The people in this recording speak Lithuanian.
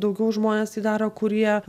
daugiau žmonės tai daro kur jie